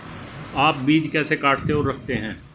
आप बीज कैसे काटते और रखते हैं?